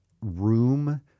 room